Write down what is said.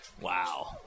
Wow